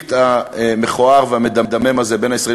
הקונפליקט המכוער והמדמם הזה בין הישראלים